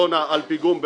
טונה על פיגום,